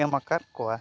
ᱮᱢᱟᱠᱟᱫ ᱠᱚᱣᱟ